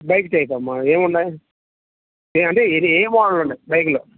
bike type అమ్మ ఏమి ఉన్నాయి అంటే ఏ మోడల్లు ఉన్నాయి బైక్లో